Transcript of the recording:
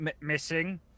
missing